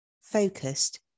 focused